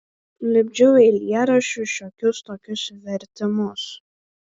lipdžiau eilėraščius šiokius tokius vertimus